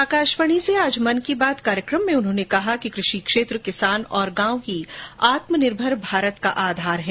आकाशवाणी से आज मन की बात कार्यक्रम में उन्होंने कहा कि कृषि क्षेत्र किसान और गांव ही आत्मनिर्भर भारत का आधार हैं